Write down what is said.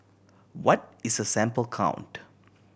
what is a sample count